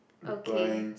okay